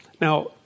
Now